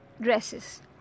dresses